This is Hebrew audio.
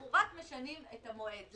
אנחנו רק משנים את המועד.